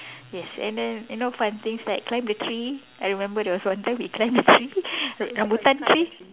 yes and then you know fun things like climb the tree I remember there was one time we climb the tree r~ rambutan tree